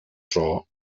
zoo